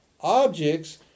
objects